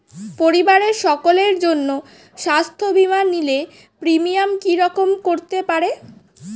পরিবারের সকলের জন্য স্বাস্থ্য বীমা নিলে প্রিমিয়াম কি রকম করতে পারে?